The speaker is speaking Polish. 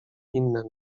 inne